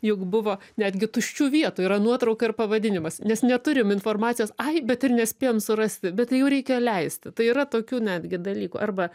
juk buvo netgi tuščių vietų yra nuotrauka ir pavadinimas nes neturim informacijos ai bet ir nespėjom surasti bet tai jau reikia leisti tai yra tokių netgi dalykų arba